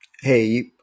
hey